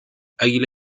águila